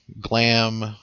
glam